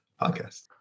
podcast